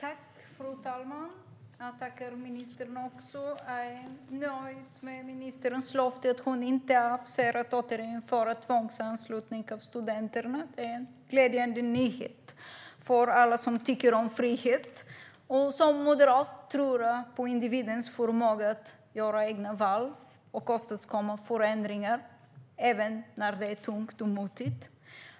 Fru talman! Jag tackar ministern för detta. Jag är nöjd med ministerns löfte om att hon inte avser att återinföra tvångsanslutning av studenterna. Det är en glädjande nyhet för alla som tycker om frihet. Som moderat tror jag på individens förmåga att göra egna val och åstadkomma förändringar, även när det är tungt och motigt.